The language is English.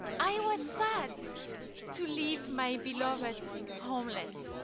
i was sad to leave my beloved homeland,